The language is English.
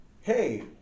hey